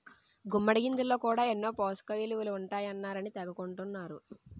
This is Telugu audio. గుమ్మిడి గింజల్లో కూడా ఎన్నో పోసకయిలువలు ఉంటాయన్నారని తెగ కొంటన్నరు